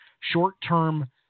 short-term